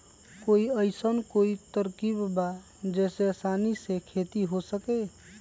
कोई अइसन कोई तरकीब बा जेसे आसानी से खेती हो सके?